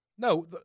No